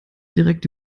direkt